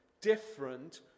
different